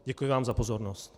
Děkuji vám za pozornost.